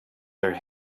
their